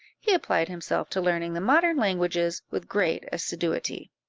he applied himself to learning the modern languages with great assiduity.